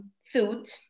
food